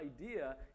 idea